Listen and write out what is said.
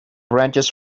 branches